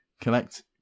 collect